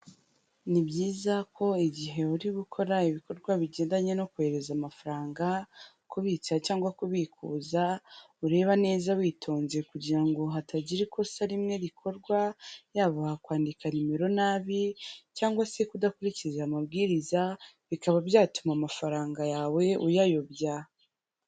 Ni byiza ko igihe uri gukora ibikorwa bigendanye no kohereza amafaranga, kubitsa cyangwa kubikuza ureba neza witonze kugira ngo hatagira ikosa rimwe rikorwa, yaba kwandika nimero nabi cyangwa se kudakurikiza amabwiriza bikaba byatuma amafaranga yawe uyayobya.